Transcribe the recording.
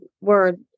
word